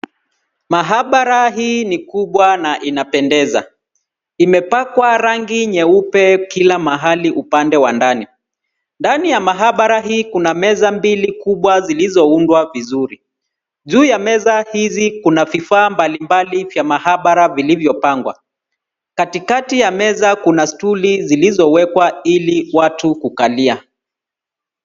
Mahabara hii ni kubwa na inapendeza. Imepakwa rangi nyeupe kila mahali upande wa ndani. Ndani ya mahabara hii, kuna meza mbili kubwa zilizoundwa vizuri. Juu ya meza hizi, kuna vifaa mbalimbali vya mahabara vilivyopangwa. Katikati ya meza, kuna stuli zilizowekwa ili watu kukalia.